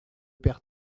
père